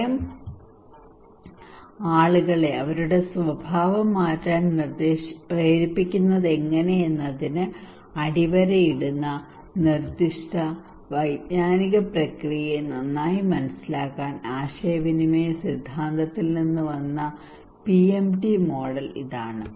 ഭയം ആളുകളെ അവരുടെ സ്വഭാവം മാറ്റാൻ പ്രേരിപ്പിക്കുന്നതെങ്ങനെയെന്നതിന് അടിവരയിടുന്ന നിർദ്ദിഷ്ട വൈജ്ഞാനിക പ്രക്രിയയെ നന്നായി മനസ്സിലാക്കാൻ ആശയവിനിമയ സിദ്ധാന്തത്തിൽ നിന്ന് വന്ന പിഎംടി മോഡൽ ഇതാണ്